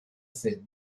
ces